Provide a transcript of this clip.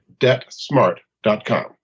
debtsmart.com